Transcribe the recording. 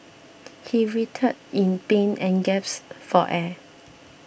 he writhed in pain and gasped for air